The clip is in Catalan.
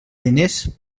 diners